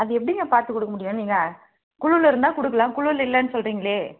அது எப்படிங்க பார்த்து கொடுக்க முடியும் நீங்கள் குழுவில் இருந்தால் கொடுக்கலாம் குழுவில் இல்லைன்னு சொல்கிறீங்களே